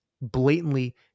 blatantly